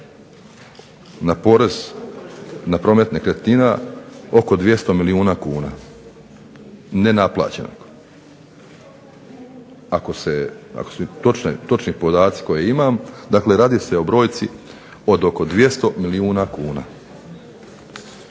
na porez na promet nekretnina oko 200 milijuna kuna nenaplaćenog. Ako su točni podaci koje imam, dakle radi se o brojci od oko 200 milijuna kuna.